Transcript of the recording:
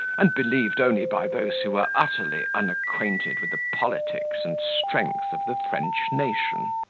and believed only by those who were utterly unacquainted with the politics and strength of the french nation.